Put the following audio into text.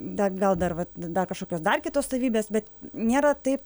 da gal dar vat dar kažkokios dar kitos savybės bet nėra taip